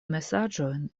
mesaĝojn